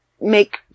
make